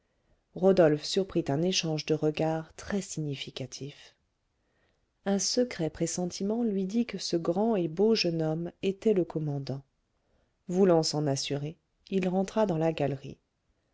rodolphe surprit un échange de regards très significatifs un secret pressentiment lui dit que ce grand et beau jeune homme était le commandant voulant s'en assurer il rentra dans la galerie